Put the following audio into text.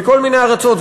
מכל מיני ארצות.